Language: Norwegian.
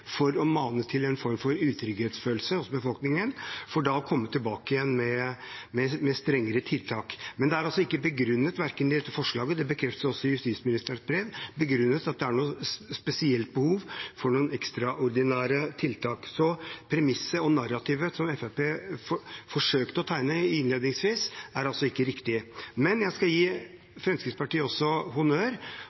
for å mane til en form for utrygghetsfølelse hos befolkningen, for så å komme tilbake med strengere tiltak. Men det er altså ikke i dette forslaget – og det bekreftes også i justisministerens brev – begrunnet at det er noe spesielt behov for noen ekstraordinære tiltak. Premisset og narrativet som Fremskrittspartiet forsøkte å tegne opp innledningsvis, er altså ikke riktig. Men jeg skal også gi Fremskrittspartiet honnør,